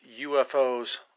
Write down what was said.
UFOs